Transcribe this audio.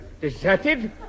Deserted